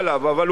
אבל עובדה,